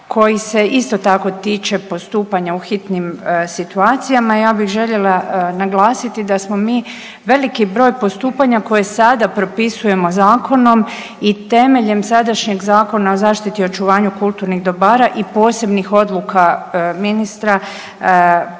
koji se isto tako tiče postupanja u hitnim situacijama. Ja bih željela naglasiti da smo mi veliki broj postupanja koje sada propisujemo zakonom i temeljem sadašnjeg Zakona o zaštiti i očuvanju kulturnih dobara i posebnih odluka ministra